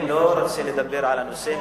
אני לא רוצה לדבר על הנושא,